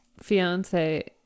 fiance